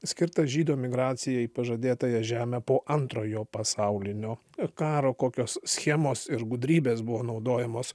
skirtas žydų emigracijai į pažadėtąją žemę po antrojo pasaulinio karo kokios schemos ir gudrybės buvo naudojamos